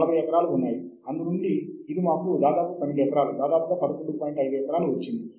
PubMed అనేది వైద్య సంబంధితమైన సంఘం కోసం